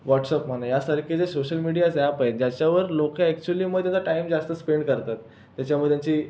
WhatsApp म्हणा या सारखे सोशल मिडियाज ॲप आहेत ज्याच्यावर लोकं ॲक्च्युलीमध्ये जर टाईम जास्त स्पेंड करतात हेच्यामध्ये त्यांची